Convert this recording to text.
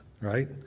right